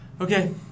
Okay